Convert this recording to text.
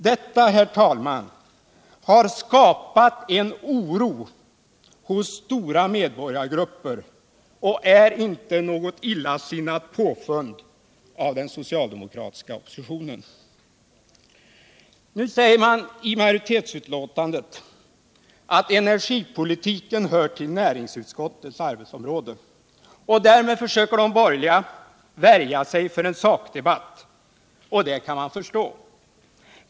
Detta, herr talman, har skapat oro hos stora medborgargrupper och är inte något illasinnat påfund av den socialdemokratiska oppositionen. Nu säger man i majoritetsutlåtandet att energipolitiken hör till näringsut skottets arbetsområde. Därmed försöker de borgerliga värja sig mot en sakdebatt, och det kan jag förstå.